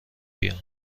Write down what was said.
بیام